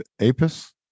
Apis